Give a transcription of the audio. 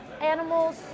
animals